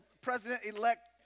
President-elect